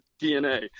DNA